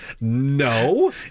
No